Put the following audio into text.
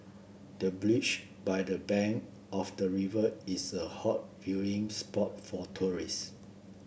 the bench by the bank of the river is a hot viewing spot for tourists